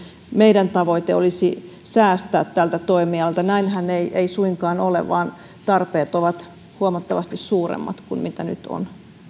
meidän tavoitteemme olisi säästää tältä toimialalta näinhän ei ei suinkaan ole vaan tarpeet ovat huomattavasti suuremmat kuin mitä nyt on